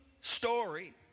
story